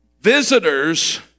Visitors